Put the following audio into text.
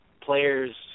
players